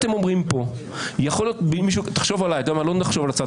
המצב, זה אותו מצב שהיה קודם.